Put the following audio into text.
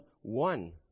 one